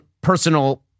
personal